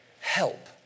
help